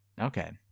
Okay